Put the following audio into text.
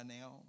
now